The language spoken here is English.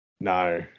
No